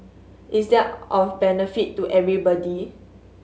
is that of benefit to everybody